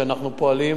שאנחנו פועלים,